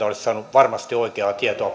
varmasti oikeaa tietoa